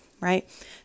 right